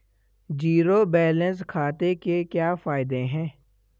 Zero balance खाते के क्या फायदे हैं?